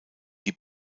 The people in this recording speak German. die